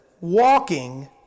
walking